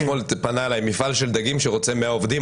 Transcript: אתמול פנה אליי מפעל של דגים שרוצה 100 עובדים.